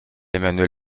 emmanuel